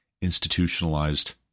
Institutionalized